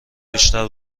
بیشتر